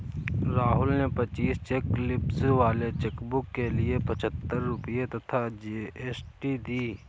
राहुल ने पच्चीस cheque leaves वाले चेकबुक के लिए पच्छत्तर रुपये तथा जी.एस.टी दिए